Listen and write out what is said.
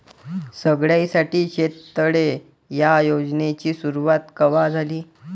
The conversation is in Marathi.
सगळ्याइसाठी शेततळे ह्या योजनेची सुरुवात कवा झाली?